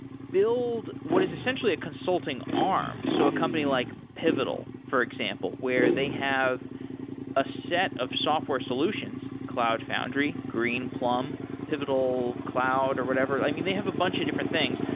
build what is essentially a consulting arm. so a company like pivotal, for example, where they have a set of software solutions, cloud foundry, greenplum, pivotal cloud or whatever. i mean, they have a bunch of different things.